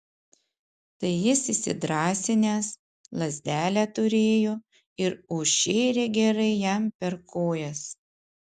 tai jis įsidrąsinęs lazdelę turėjo ir užšėrė gerai jam per kojas